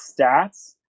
stats